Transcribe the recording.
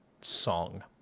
song